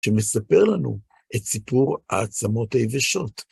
שמספר לנו את סיפור העצמות היבשות.